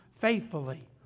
faithfully